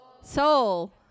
soul